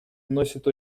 носит